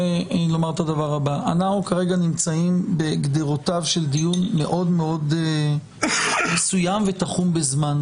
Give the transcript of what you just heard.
אנחנו כרגע נמצאים בגדרותיו של דיון מאוד מאוד מסוים ותחום בזמן,